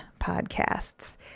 podcasts